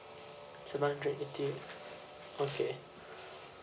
some hundred eighty okay